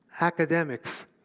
academics